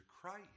Christ